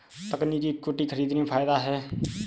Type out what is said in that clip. तकनीकी इक्विटी खरीदने में फ़ायदा है